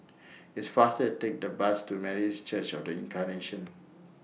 It's faster Take The Bus to Methodist Church of The Incarnation